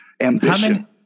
ambition